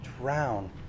drown